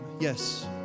Yes